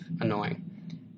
annoying